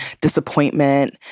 disappointment